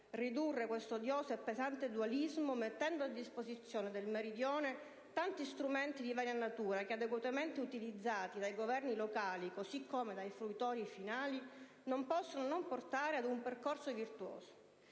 ridurre questo odioso e pesante dualismo mettendo a disposizione del Meridione tanti strumenti di varia natura, che, adeguatamente utilizzati dai governi locali, così come dai fruitori finali, non possono non portare ad un percorso virtuoso.